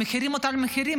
המחירים אותם מחירים,